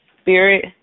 spirit